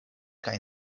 kaj